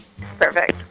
Perfect